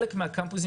חלק מהקמפוסים,